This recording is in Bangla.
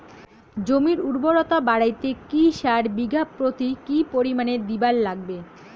জমির উর্বরতা বাড়াইতে কি সার বিঘা প্রতি কি পরিমাণে দিবার লাগবে?